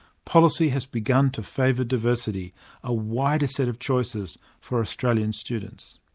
policy has begun to favour diversity a wider set of choices for australian students.